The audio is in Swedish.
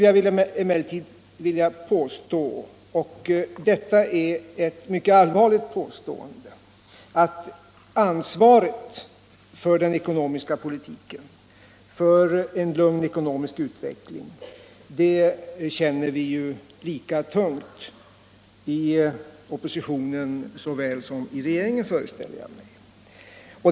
Jag vill påstå — och det är ett mycket allvarligt påstående — att ansvaret för den ekonomiska politiken, för en lugn ekonomisk utveckling, känner vi lika tungt i såväl oppositionen som regeringen.